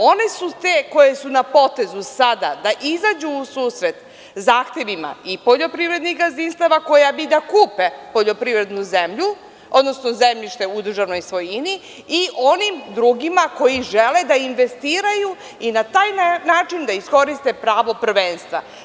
One su te koje su na potezu sada da izađu u susret zahtevima i poljoprivrednih gazdinstava koja bi da kupe poljoprivredno zemljište u državnoj svojini, i onim drugim koji žele da investiraju, i na taj način da iskoriste pravo prvenstva.